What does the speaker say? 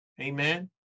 Amen